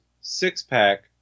six-pack